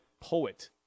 poet